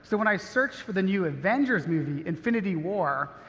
so when i search for the new avengers movie, infinity war,